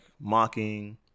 mocking